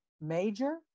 major